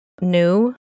new